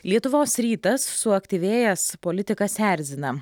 lietuvos rytas suaktyvėjęs politikas erzina